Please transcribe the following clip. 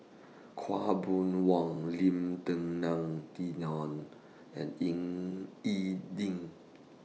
Khaw Boon Wan Lim Denan Denon and Ying E Ding